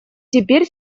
теперь